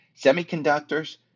Semiconductors